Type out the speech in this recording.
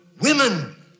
women